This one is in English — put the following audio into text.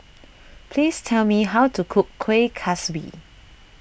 please tell me how to cook Kueh Kaswi